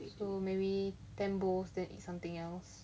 so maybe ten bowls then eat something else